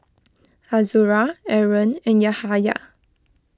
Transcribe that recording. Azura Aaron and Yahaya